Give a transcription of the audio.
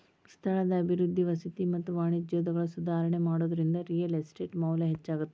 ಸ್ಥಳದ ಅಭಿವೃದ್ಧಿ ವಸತಿ ಮತ್ತ ವಾಣಿಜ್ಯದೊಳಗ ಸುಧಾರಣಿ ಮಾಡೋದ್ರಿಂದ ರಿಯಲ್ ಎಸ್ಟೇಟ್ ಮೌಲ್ಯ ಹೆಚ್ಚಾಗತ್ತ